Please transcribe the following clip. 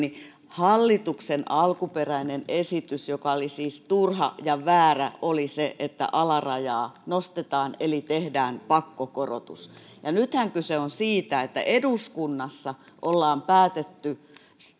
hallituksen alkuperäinen esitys joka oli siis turha ja väärä oli se että alarajaa nostetaan eli tehdään pakkokorotus nythän kyse on siitä että eduskunnassa on päädytty hallitusryhmien